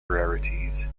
rarities